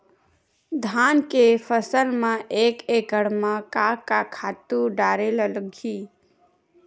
धान के फसल म एक एकड़ म का का खातु डारेल लगही?